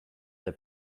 der